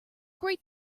great